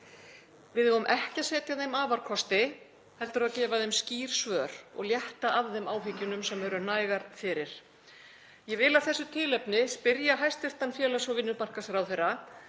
Við eigum ekki að setja þeim afarkosti heldur að gefa þeim skýr svör og létta af þeim áhyggjum sem eru nægar fyrir. Ég vil af þessu tilefni spyrja hæstv. félags- og vinnumarkaðsráðherra